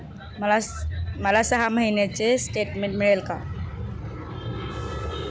मला सहा महिन्यांचे स्टेटमेंट मिळेल का?